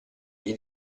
gli